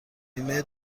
نیمه